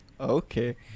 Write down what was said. Okay